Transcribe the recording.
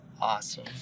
Awesome